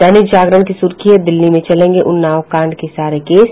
दैनिक जागरण की सुर्खी है दिल्ली में चलेंगे उन्नाव कांड के सारे केस